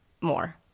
more